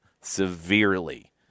severely